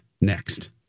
Next